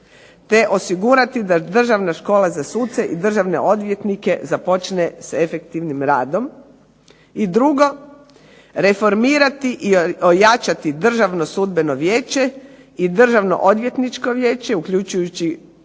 te osigurati da državna škola za suce i državne odvjetnike započne s efektivnim radom. I drugo, reformirati i ojačati Državno sudbeno vijeće i Državno-odvjetničko vijeće, uključujući